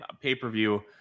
pay-per-view